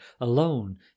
alone